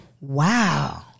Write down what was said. wow